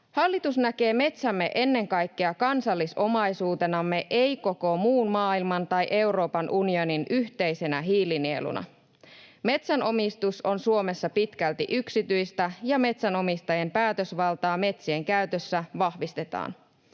Hallitus näkee metsämme ennen kaikkea kansallisomaisuutenamme, ei koko muun maailman tai Euroopan unionin yhteisenä hiilinieluna. Metsänomistus on Suomessa pitkälti yksityistä, ja metsänomistajien päätösvaltaa metsien käytössä vahvistetaan.